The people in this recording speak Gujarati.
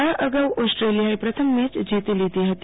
આ અગાઉ ઓસ્ટ્રેલીયાએ પ્રથમ મેય જીતી લીધી હતી